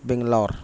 Bangalore